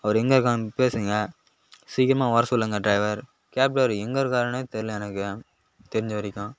அவரு எங்கே இருக்காருன்னு பேசுங்கள் சீக்கிரமாக வர சொல்லுங்கள் டிரைவர் கேப் டிரைவர் எங்கே இருக்காருன்னே தெரில எனக்கு தெரிஞ்ச வரைக்கும்